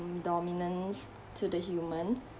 dominance to the human